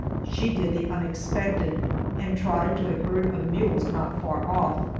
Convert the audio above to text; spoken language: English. she did the unexpected and trotted to a herd of mules not far off,